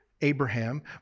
Abraham